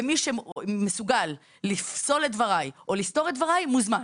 ומי שמסוגל לפסול את דבריי או לסתור את דבריי מוזמן.